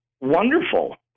wonderful